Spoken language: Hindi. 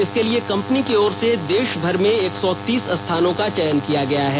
इसके लिए कंपनी की ओर से देश भर में एक सौ तीस स्थानों का चयन किया गया है